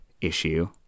issue